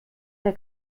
der